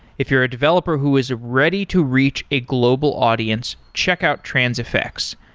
if you're a developer who is ready to reach a global audience, check out transifex.